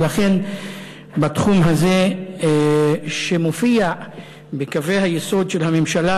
ולכן בתחום הזה, שמופיע בקווי היסוד של הממשלה